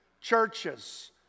churches